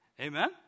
Amen